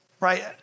right